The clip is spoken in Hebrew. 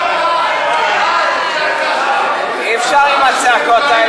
ההסתייגויות לסעיף 53,